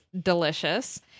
delicious